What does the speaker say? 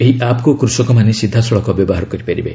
ଏହି ଆପ୍କୁ କୃଷକମାନେ ସିଧାସଳଖ ବ୍ୟବହାର କରିପାରିବେ